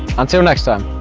until next time!